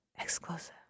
Exclusive